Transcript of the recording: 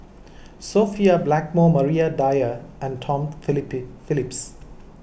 Sophia Blackmore Maria Dyer and Tom Phillip Phillips